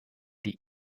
die